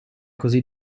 così